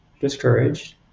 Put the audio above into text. discouraged